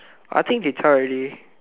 I think they zhao already